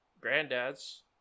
granddad's